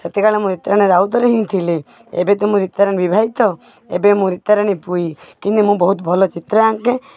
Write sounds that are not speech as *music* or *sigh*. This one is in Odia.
*unintelligible* ମୁଁ ରିତାରାଣୀ ରାଉତରେ ହିଁ ଥିଲି ଏବେ ତ ମୁଁ ରିତାରାଣୀ ବିବାହିତ ଏବେ ମୁଁ ରିତାରାଣୀ ଭୋଇ କିନ୍ତୁ ମୁଁ ଭଲ ଚିତ୍ର ଆଙ୍କେ